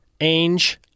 Ainge